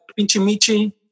Pinchimichi